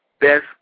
best